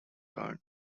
turned